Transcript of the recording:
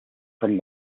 from